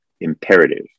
imperative